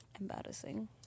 embarrassing